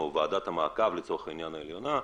או ועדת המעקב העליונה לצורך העניין,